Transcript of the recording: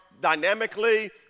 dynamically